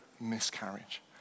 miscarriage